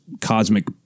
cosmic